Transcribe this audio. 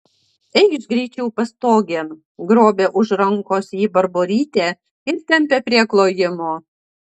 eikš greičiau pastogėn grobia už rankos jį barborytė ir tempia prie klojimo